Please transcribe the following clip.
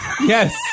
Yes